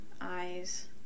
eyes